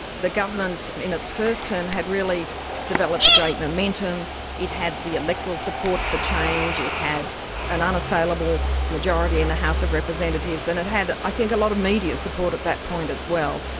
the government in its first term had really developed a great momentum it had the electoral support for change, it had an unassailable majority in and the house of representatives, and it had, i think, a lot of media support at that point as well.